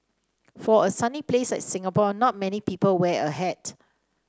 for a sunny place like Singapore not many people wear a hat